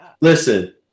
Listen